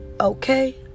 Okay